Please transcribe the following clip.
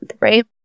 right